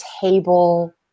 table